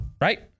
Right